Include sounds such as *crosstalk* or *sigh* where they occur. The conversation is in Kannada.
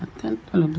ಮತ್ತೆಂತ *unintelligible*